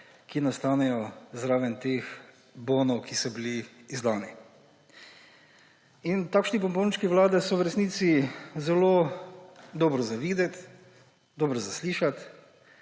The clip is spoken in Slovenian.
ki nastanejo zraven teh bonov, ki so bili izdani. Takšni bombončki vlade so v resnici zelo dobro za videti, dobro za slišati,